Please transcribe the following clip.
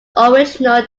original